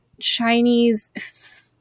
Chinese